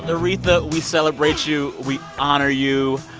ah aretha, we celebrate you. we honor you.